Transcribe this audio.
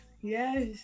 yes